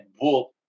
book